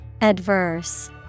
Adverse